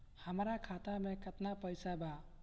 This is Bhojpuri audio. हमरा खाता में केतना पइसा बा?